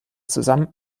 zusammen